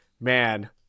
man